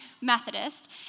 Methodist